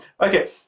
okay